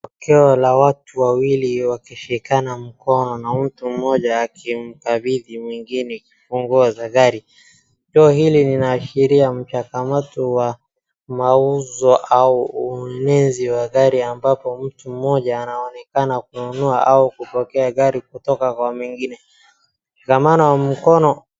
Tukio la watu wawili wakishikana mkono na mtu mmoja akimkabidhi mwingine funguo za gari, tukio hili linaashiria mchakamato wa mauzo au ununuzi wa gari ambapo mtu mmoja anaonekana kununua au kupokea gari kutoka kwa mwingine, ndio maana mkono.